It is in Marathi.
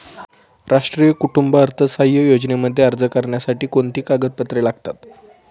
राष्ट्रीय कुटुंब अर्थसहाय्य योजनेमध्ये अर्ज करण्यासाठी कोणती कागदपत्रे लागतात?